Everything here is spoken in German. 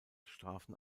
strafen